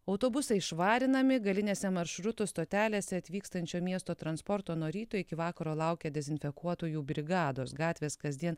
autobusai švarinami galinėse maršrutų stotelėse atvykstančio miesto transporto nuo ryto iki vakaro laukia dezinfekuotojų brigados gatvės kasdien